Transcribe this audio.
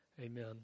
Amen